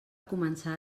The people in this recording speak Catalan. començar